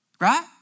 Right